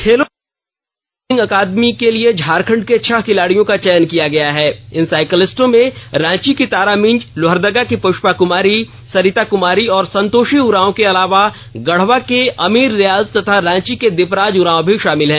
खेलो India cycling academy के लिए झारखंड के छह खिलाड़ियों का चयन किया गया हैं इन साइकिलिस्टों में रांची की तारा भिंज लोहरदगा की पुष्या कुमारी सरिता कुमारी और संतोषी उरांव के अलावा गढ़वा के अमीर रेयाज तथा रांची के दीपराज उरांव शामिल हैं